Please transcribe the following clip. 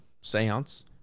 seance